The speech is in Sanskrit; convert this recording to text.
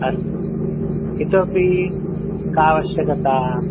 अस्तु इतोऽपि कावश्यकता